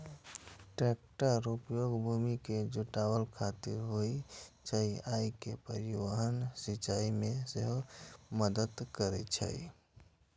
टैक्टरक उपयोग भूमि के जुताइ खातिर होइ छै आ ई परिवहन, सिंचाइ मे सेहो मदति करै छै